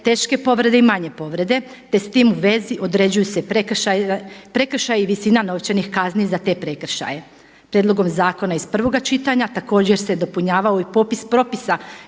teške povrede i manje povrede, te s tim u vezi određuju se prekršaji i visina novčanih kazni za te prekršaje. Prijedlogom zakona iz prvoga čitanja tako se dopunjavao i popis propisa